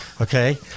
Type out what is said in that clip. okay